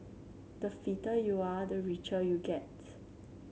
the fitter you are the richer you get